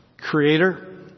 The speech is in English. creator